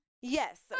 yes